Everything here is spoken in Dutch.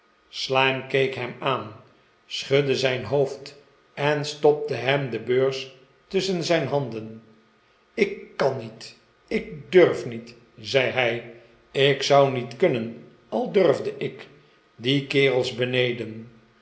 slyme keek hem aan schudde zijn hoofd en stopte hem de beurs tusschen zijn handen ik kan niet ik durf niet zei hij ik zou niet kunnen al durfde ik die kerels beneden